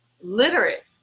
literate